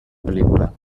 película